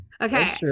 Okay